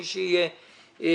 מי שיהיה הנגיד.